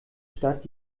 stadt